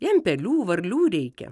jam pelių varlių reikia